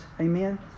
Amen